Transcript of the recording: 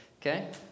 Okay